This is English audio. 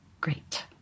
Great